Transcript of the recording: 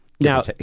Now